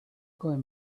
going